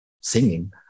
singing